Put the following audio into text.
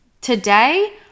today